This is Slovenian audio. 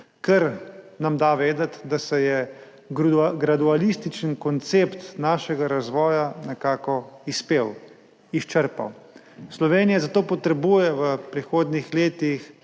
kar nam da vedeti, da se je gradualističen koncept našega razvoja nekako izpel, izčrpal. Slovenija zato potrebuje v prihodnjih letih